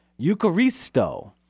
eucharisto